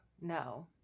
no